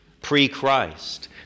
pre-Christ